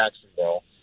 Jacksonville